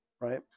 right